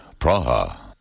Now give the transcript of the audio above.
Praha